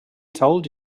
told